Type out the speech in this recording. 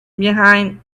behind